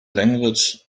language